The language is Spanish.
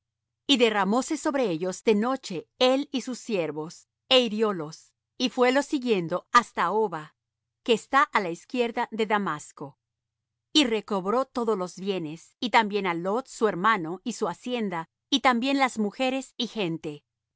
y derramóse sobre ellos de noche él y sus siervos é hiriólos y fuélos siguiendo hasta hobah que está á la izquierda de damasco y recobró todos los bienes y también á lot su hermano y su hacienda y también las mujeres y gente